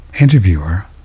interviewer